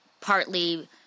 partly